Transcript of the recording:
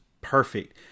perfect